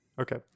Okay